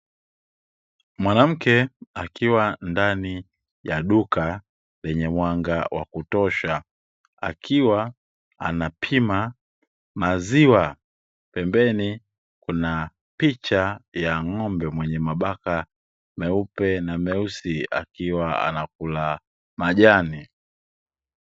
Mwanamke akiwa ndani ya duka lenye mwanga wa kutosha, akiwa anapima maziwa. Pembeni kuna picha ya ng'ombe mwenye mabaka, meupe na meusi akiwa anakula majani.